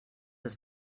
das